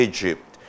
Egypt